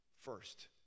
First